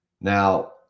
Now